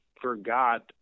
forgot